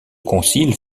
concile